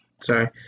Sorry